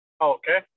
Okay